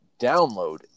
download